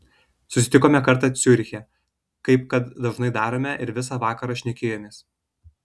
susitikome kartą ciuriche kaip kad dažnai darome ir visą vakarą šnekėjomės